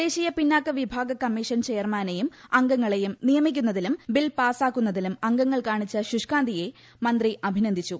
ദേശീയ പിന്നാക്ക വിഭാഗ കമ്മീഷൻ ചെയ്യർമാനെയും അംഗങ്ങളെയും നിയമിക്കുന്നതിലും ബിൽ പാസ്സാക്കുന്നത്രിലൂർ അംഗങ്ങൾ കാണിച്ച ശുഷ്ക്കാന്തിയെ മന്ത്രി അഭിനന്ദിച്ചു